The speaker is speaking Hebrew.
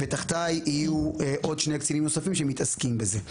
ותחתיי יהיו עוד שני קצינים נוספים שמתעסקים בזה.